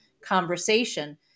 conversation